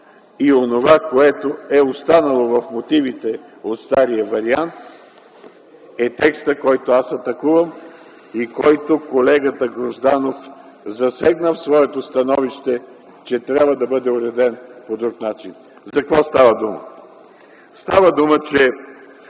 и онова, което е останало в Мотивите от стария вариант, е текстът, който аз атакувам и който колегата Грозданов засегна в своето становище, че трябва да бъде уреден по друг начин. За какво става дума? Става дума, че